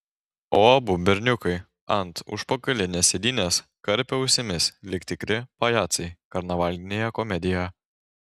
o abu berniukai ant užpakalinės sėdynės karpė ausimis lyg tikri pajacai karnavalinėje komedijoje